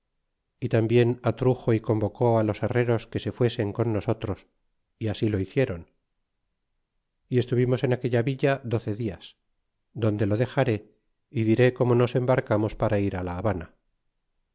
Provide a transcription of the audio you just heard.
y tambien atruxo y convocó los herreros que se fuesen con nosotros y ast lo hiciéron y estuvimos en aquella villa doce días donde lo dexaré y diré como nos embarcamos para ir la habana